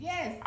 Yes